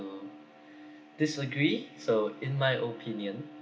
to disagree so in my opinion